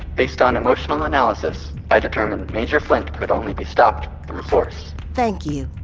based on emotional analysis, i determined major flint could only be stopped through force thank you.